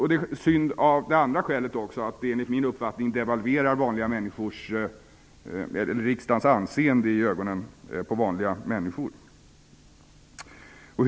Det andra skälet till att det är synd är att det enligt min uppfattning devalverar riksdagens anseende i vanliga människors ögon.